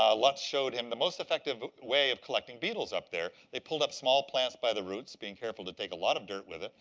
um lutz showed him the most effective way of collecting beetles up there. they pulled up small plants by the roots, being careful to take a lot of dirt with it,